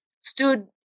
stood